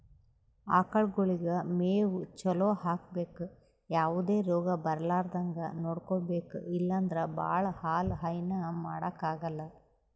ಆಕಳಗೊಳಿಗ್ ಮೇವ್ ಚಲೋ ಹಾಕ್ಬೇಕ್ ಯಾವದೇ ರೋಗ್ ಬರಲಾರದಂಗ್ ನೋಡ್ಕೊಬೆಕ್ ಇಲ್ಲಂದ್ರ ಭಾಳ ಹಾಲ್ ಹೈನಾ ಮಾಡಕ್ಕಾಗಲ್